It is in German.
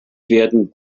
werden